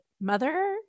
mother